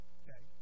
okay